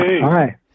Hi